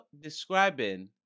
describing